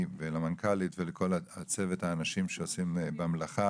ולמנכ"לית ולכל הצוות שעוסקים במלאכה,